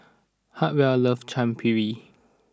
Hartwell loves Chaat Papri